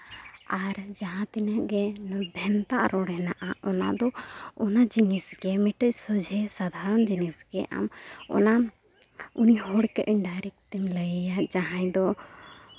ᱟᱨ ᱡᱟᱦᱟᱸ ᱛᱤᱱᱟᱹᱜ ᱜᱮ ᱵᱷᱮᱱᱛᱟ ᱨᱚᱲ ᱦᱮᱱᱟᱜᱼᱟ ᱚᱱᱟᱫᱚ ᱚᱱᱟ ᱡᱤᱱᱤᱥ ᱜᱮ ᱢᱤᱫᱴᱮᱱ ᱥᱚᱡᱷᱦᱮ ᱥᱟᱫᱷᱟᱨᱚᱱ ᱡᱤᱱᱤᱥ ᱜᱮ ᱟᱢ ᱚᱱᱟ ᱩᱱᱤ ᱦᱚᱲ ᱛᱮᱫ ᱟᱢ ᱰᱟᱭᱨᱮᱠᱴ ᱛᱮᱢ ᱞᱟᱹᱭ ᱟᱭᱟ ᱡᱟᱦᱟᱸᱭ ᱫᱚ